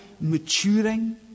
maturing